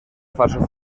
falsos